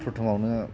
प्रथमावनो